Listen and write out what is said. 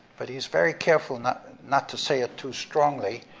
but he's very careful not not to say it too strongly.